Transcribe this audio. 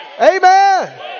Amen